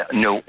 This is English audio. no